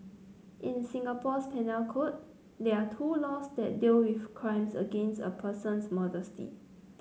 in Singapore's penal code there are two laws that deal with crimes against a person's modesty